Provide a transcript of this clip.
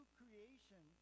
creation